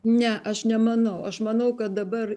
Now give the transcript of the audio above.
ne aš nemanau aš manau kad dabar